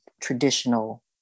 traditional